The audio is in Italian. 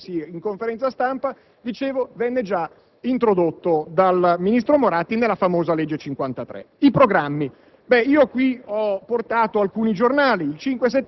previsione che Fioroni ha annunciato nei giorni scorsi in conferenza stampa, perché venne già introdotto dal ministro Moratti nella famosa legge n. 53 del 2003.